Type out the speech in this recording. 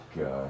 God